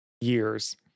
years